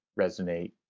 resonate